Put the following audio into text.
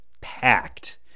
packed